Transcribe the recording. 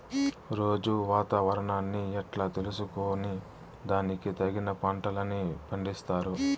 రోజూ వాతావరణాన్ని ఎట్లా తెలుసుకొని దానికి తగిన పంటలని పండిస్తారు?